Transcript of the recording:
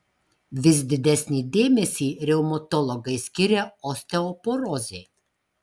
vis didesnį dėmesį reumatologai skiria osteoporozei